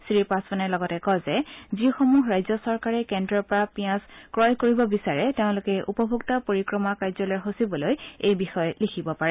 শ্ৰীপাছোৱানে লগতে কয় যে যিসমূহ ৰাজ্য চৰকাৰে কেন্দ্ৰৰ পৰা পিঁয়াজ ক্ৰয় কৰিব বিচাৰে তেওঁলোকে উপভোক্তা পৰিক্ৰমা কাৰ্যালয়ৰ সচিবলৈ এই বিষয়ে লিখিব পাৰে